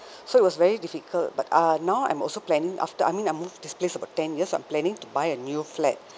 so it was very difficult but uh now I'm also planning after I mean I move this place about ten years I'm planning to buy a new flat